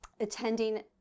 attending